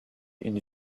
une